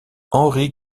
henry